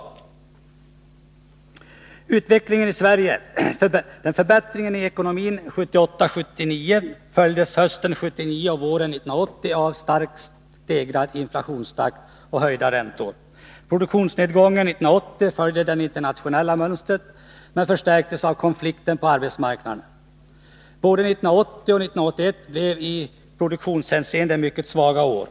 Förbättringen i ekonomin 1978-1979 följdes hösten 1979 och våren 1980 av starkt stegrad inflationstakt och höjda räntor. Produktionsnedgången 1980 följde det internationella mönstret men förstärktes av konflikten på arbetsmarknaden. Både 1980 och 1981 blev i produktionshänseende mycket svaga år.